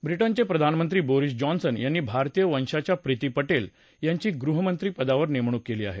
व्रिटनचे प्रधानमंत्री Boris Johnson यांनी भारतीय वंशाच्या प्रीती पटेल यांची गृहमंत्री पदावर नेमणूक केली आहे